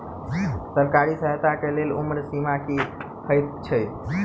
सरकारी सहायता केँ लेल उम्र सीमा की हएत छई?